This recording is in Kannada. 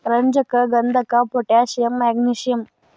ರಂಜಕ ಗಂಧಕ ಪೊಟ್ಯಾಷಿಯಂ ಮ್ಯಾಗ್ನಿಸಿಯಂ